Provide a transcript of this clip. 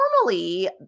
normally